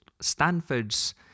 Stanford's